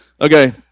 Okay